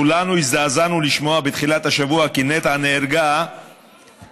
כולנו הזדעזענו לשמוע בתחילת השבוע כי נטע נהרגה בתאונה,